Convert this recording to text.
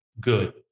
good